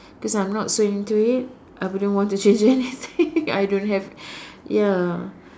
cause I'm not so into it I wouldn't want to change anything I don't have ya